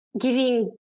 giving